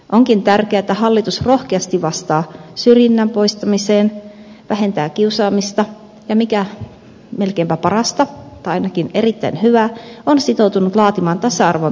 onkin tärkeätä että hallitus rohkeasti vastaa syrjinnän poistamiseen vähentää kiusaamista ja mikä melkeinpä parasta tai ainakin erittäin hyvää on sitoutunut laatimaan tasa arvon toimenpideohjelman